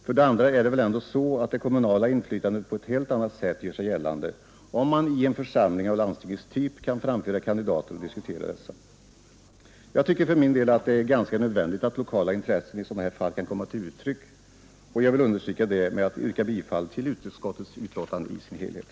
För det andra är det väl ändå så att det kommunala inflytandet på ett helt annat sätt gör sig gällande om man i en församling av landstingens typ kan framföra kandidater och diskutera dessa. Jag tycker att det är nödvändigt att lokala intressen i sådan här fall kan komma till uttryck. Jag vill understryka det med att yrka bifall till utskottets hemställan på alla punkter.